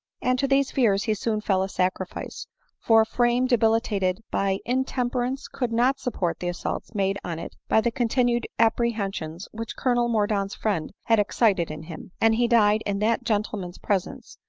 and to these fears he soon fell a sacrifice for a frame debilitated by intemperance could not support the assaults made on it by the continued apprehensions which colonel mordaunt's friend had excited in him and he died in that gentleman's presence,